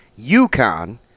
UConn